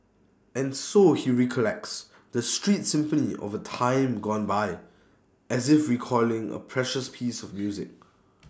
and so he recollects the street symphony of A time gone by as if recalling A precious piece of music